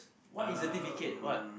what is certificate what